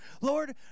Lord